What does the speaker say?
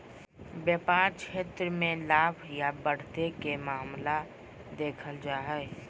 व्यापार क्षेत्र मे लाभ या बढ़त के मामला देखल जा हय